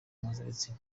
mpuzabitsina